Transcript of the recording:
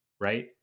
right